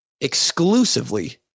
exclusively